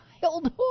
childhood